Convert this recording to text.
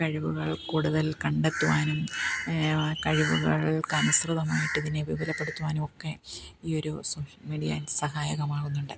കഴിവുകൾ കൂടുതൽ കണ്ടെത്തുവാനും കഴിവുകൾക്ക് അനുസൃതമായിട്ട് ഇതിനെ വിപുലപ്പെടുത്തുവാനും ഒക്കെ ഈ ഒരു സോഷ്യൽ മീഡിയ സഹായകമാകുന്നുണ്ട്